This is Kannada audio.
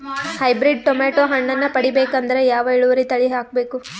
ಹೈಬ್ರಿಡ್ ಟೊಮೇಟೊ ಹಣ್ಣನ್ನ ಪಡಿಬೇಕಂದರ ಯಾವ ಇಳುವರಿ ತಳಿ ಹಾಕಬೇಕು?